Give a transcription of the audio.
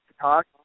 talk